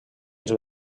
els